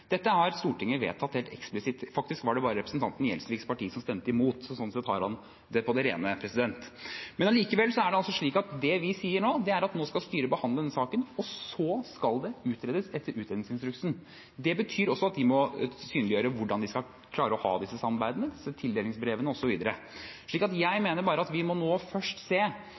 Dette har Stortinget vedtatt helt eksplisitt. Faktisk var det bare representanten Gjelsviks parti som stemte imot, så sånn sett har han det på det rene. Likevel: Det vi sier, er at nå skal styret behandle denne saken, og så skal det utredes etter utredningsinstruksen. Det betyr også at de må synliggjøre hvordan de skal klare å ha disse samarbeidene, følge tildelingsbrevet, osv. Jeg mener bare at vi må nå først se